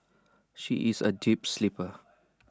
she is A deep sleeper